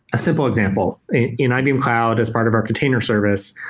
a simple example in ibm cloud, as part of our container service,